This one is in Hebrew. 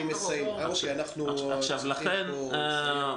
אנחנו צריכים לסיים.